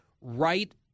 right